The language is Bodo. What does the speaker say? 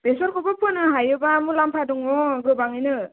बेसरखौबो फोनो हायोब्ला मुलामफा दङ गोबाङैनो